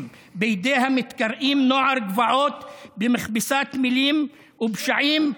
בידי המתקראים "נוער גבעות" במכבסת מילים ופשעים,